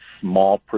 small